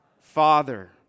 Father